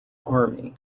army